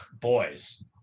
boys